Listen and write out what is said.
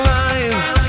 lives